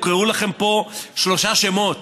הוקראו לכם פה שלושה שמות: